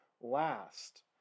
last